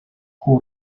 who